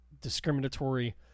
discriminatory